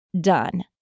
done